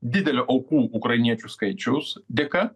didelio aukų ukrainiečių skaičiaus dėka